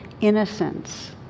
innocence